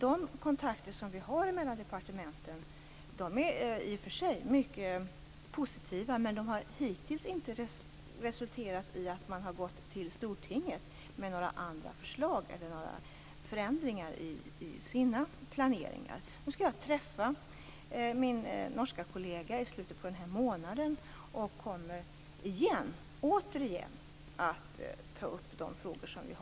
De kontakter som vi har mellan departementen är i och för sig mycket positiva, men de har hittills inte resulterat i att den norska regeringen har gått till Stortinget med några andra förslag eller med några förändringar i sina planeringar. Jag skall träffa min norska kollega i slutet på den här månaden, och jag kommer då återigen att ta upp de här frågorna.